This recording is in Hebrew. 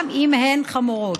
גם אם הן חמורות.